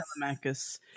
Telemachus